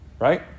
Right